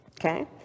Okay